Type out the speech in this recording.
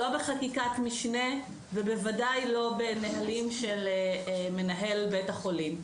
לא בחקיקת משנה ובוודאי לא בנהלים של מנהל בית החולים.